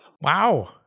Wow